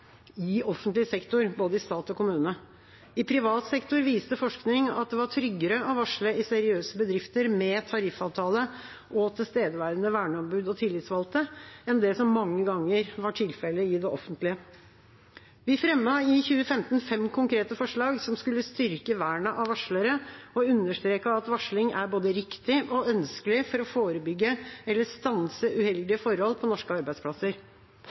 i offentlig sektor, både i stat og kommune. I privat sektor viste forskning at det var tryggere å varsle i seriøse bedrifter med tariffavtale og tilstedeværende verneombud og tillitsvalgte enn det som mange ganger var tilfellet i det offentlige. Vi fremmet i 2015 fem konkrete forslag som skulle styrke vernet av varslere, og understreket at varsling er både riktig og ønskelig for å forebygge eller stanse uheldige forhold på norske arbeidsplasser.